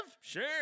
Sure